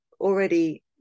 already